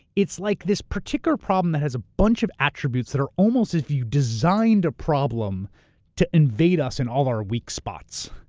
it's like this particular problem that has a bunch of attributes that are almost, if you designed a problem to invade us in all our weak spots,